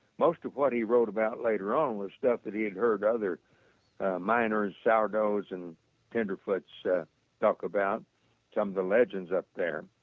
most of what he wrote about later on was stuff that he had heard other miners, sourdoughs, and tenderfoots yeah talked about some of the legends up there.